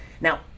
Now